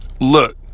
look